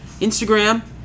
Instagram